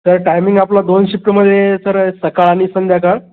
sir timing आपलं दोन शिफ्टप्रमाणे सर सकाळ आणि संध्याकाळ